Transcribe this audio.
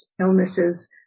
illnesses